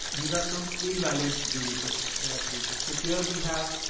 these are some invalid, variables that i've created. so here we have.